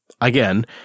again